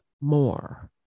more